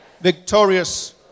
victorious